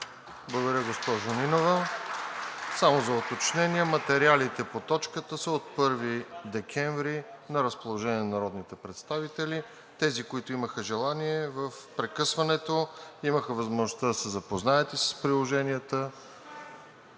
Благодаря, госпожо Нинова. Само за уточнение, материалите по точката са на разположение на народните представители от 1 декември. Тези, които имаха желание, в прекъсването имаха възможност да се запознаят с приложенията.